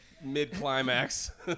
Mid-climax